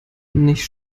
nicht